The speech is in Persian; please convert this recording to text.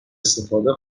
استفاده